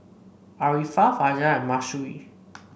Arifa Fajar and Mahsuri